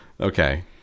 Okay